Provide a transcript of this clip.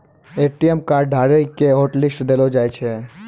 ATM card धारी के hotlist देलो जाय छै